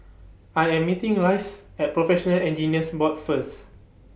I Am meeting Rice At Professional Engineers Board First